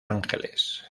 ángeles